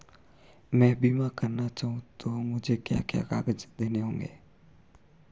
मैं बीमा करना चाहूं तो मुझे क्या क्या कागज़ देने होंगे?